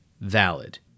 valid